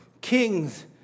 kings